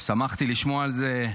שמחתי לשמוע על זה.